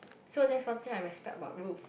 so that's one thing I respect about Ruth